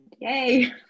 Yay